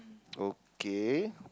okay